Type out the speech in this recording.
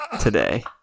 today